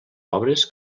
obres